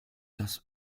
das